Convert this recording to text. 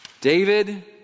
David